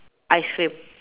ice cream